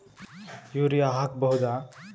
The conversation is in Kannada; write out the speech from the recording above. ಯೂರಿಯ ಹಾಕ್ ಬಹುದ?